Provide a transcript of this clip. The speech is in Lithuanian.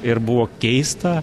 ir buvo keista